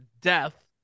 death